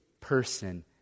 person